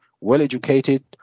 well-educated